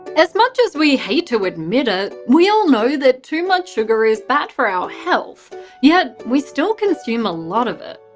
as much as we hate to admit ah it, we all know that too much sugar is bad for our health yet we still consume a lot of it.